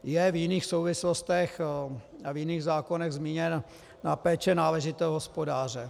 V jiných souvislostech a v jiných zákonech je zmíněna péče náležitého hospodáře.